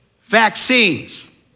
vaccines